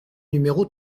numéro